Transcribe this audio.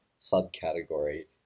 subcategory